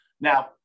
Now